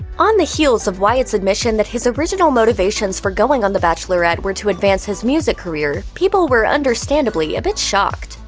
on the heels of wyatt's admission that his original motivations for going on the bachelorette were to advance his music career, people were understandably a bit shocked.